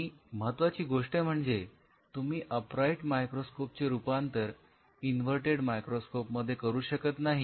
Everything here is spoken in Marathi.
आणि महत्त्वाची गोष्ट म्हणजे तुम्ही अपराईट मायक्रोस्कोप चे रूपांतर इन्व्हर्टेड मायक्रोस्कोप मध्ये करू शकत नाही